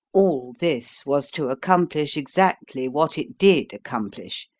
all this was to accomplish exactly what it did accomplish,